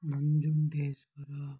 Nanjundeshwara